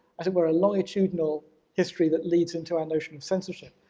i think we're a longitudinal history that leads into our notion of censorship.